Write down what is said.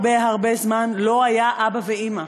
הרבה, הרבה זמן לא היו אבא ואימא,